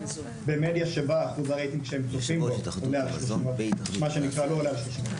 במדיה שבה אחוז הרייטינג שהם צופים בו הוא מעל 600,